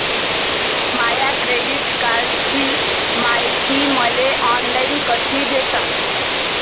माया credit कार्डची मायती मले ऑनलाईन कसी भेटन?